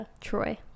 troy